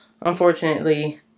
unfortunately